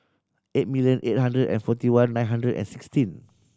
eight million eight hundred and forty one nine hundred and sixteen